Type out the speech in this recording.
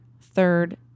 third